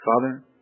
Father